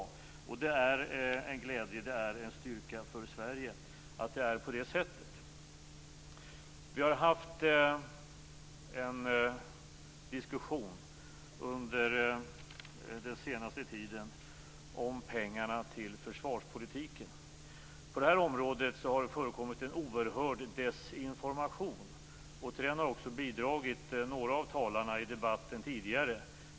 Det är en glädje och en styrka för Sverige att det är på det sättet. Vi har haft en diskussion under den senaste tiden om pengarna till försvarspolitiken. Det har på det området förekommit en oerhörd desinformation, och till den har också några av talarna i den tidigare debatten bidragit.